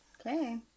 Okay